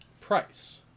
price